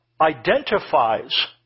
Identifies